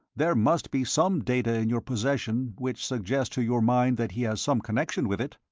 there must be some data in your possession which suggest to your mind that he has some connection with it.